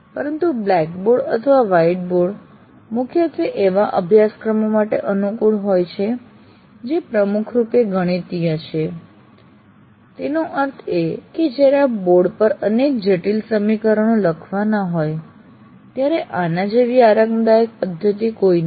પરંતુ black board અથવા white board મુખ્યત્વે એવા અભ્યાસક્રમો માટે અનુકૂળ હોય છે જે પ્રમુખ રૂપે ગણિતીય છે તેનો અર્થ એ છે કે જ્યારે આપે બોર્ડ પર અનેક જટિલ સમીકરણો લખવાના હોય ત્યારે ત્યારે આના જેવી આરામદાયક અન્ય કોઈ પદ્ધતિ નથી